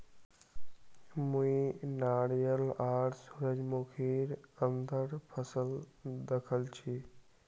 मुई नारियल आर सूरजमुखीर अंतर फसल दखल छी